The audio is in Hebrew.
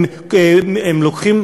הם לוקחים